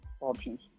options